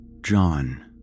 John